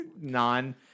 non